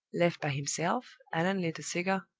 left by himself, allan lit a cigar,